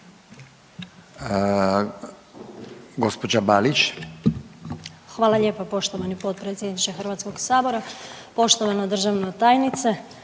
Hvala